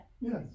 Yes